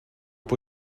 può